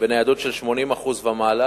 בניידות של 80% ומעלה